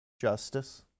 justice